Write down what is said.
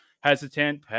hesitant